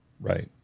Right